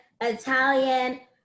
italian